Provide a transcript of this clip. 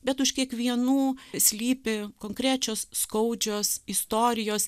bet už kiekvienų slypi konkrečios skaudžios istorijos